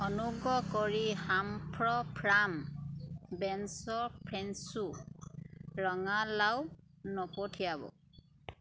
অনুগ্ৰহ কৰি ফাৰ্ম ৰঙালাউ নপঠিয়াব